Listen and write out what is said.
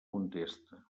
contesta